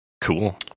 Cool